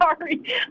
sorry